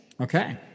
Okay